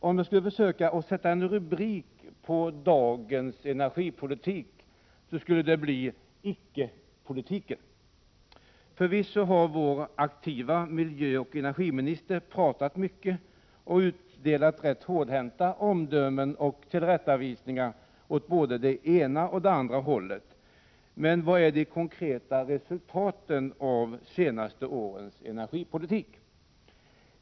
Om jag skulle försöka att sätta en rubrik på dagens energipolitik så skulle det bli Icke-politiken. Förvisso har vår aktiva miljöoch energiminister pratat mycket och utdelat rätt hårdhänta omdömen och tillrättavisningar åt både det ena och det andra hållet, men vilka är de konkreta resultaten av de senaste årens energipolitik?